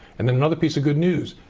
and another piece of good news,